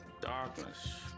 Darkness